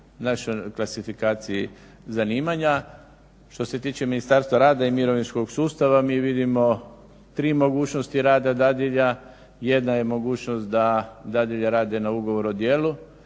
našoj klasifikaciji zanimanja. Što se tiče Ministarstva rada i mirovinskog sustava mi vidimo tri mogućnosti rada dadilja. Jedna je mogućnost da dadilje rade na ugovor o djelu,